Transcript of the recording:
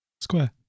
Square